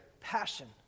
passion